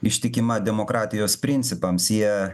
ištikima demokratijos principams jie